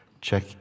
Check